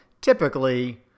typically